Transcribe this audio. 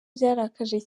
byarakaje